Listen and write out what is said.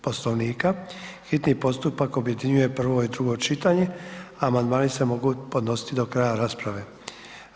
Poslovnika, hitni postupak objedinjuje prvo i drugo čitanje, a amandmani se mogu podnositi do kraja rasprave sukladno.